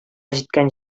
җиткән